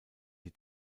die